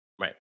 Right